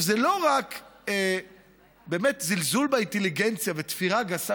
זה לא רק באמת זלזול באינטליגנציה ותפירה גסה,